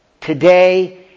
today